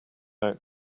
out